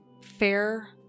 fair